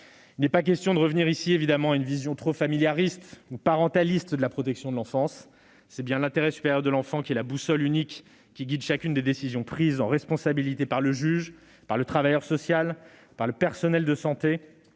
Il n'est pas question de revenir à une vision trop familialiste ou parentaliste de la protection de l'enfance. C'est bien l'intérêt supérieur de l'enfant qui constitue la boussole unique guidant chacune des décisions prises en responsabilité par le juge, par le travailleur social, par le personnel de santé,